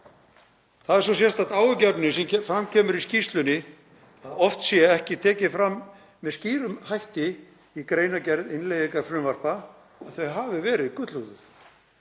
Það er svo sérstakt áhyggjuefni, sem fram kemur í skýrslunni, að oft sé ekki tekið fram með skýrum hætti í greinargerð innleiðingarfrumvarpa að þau hafi verið gullhúðuð.